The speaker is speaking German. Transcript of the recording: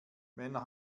männer